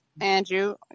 Andrew